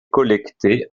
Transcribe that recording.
collectées